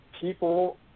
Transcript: people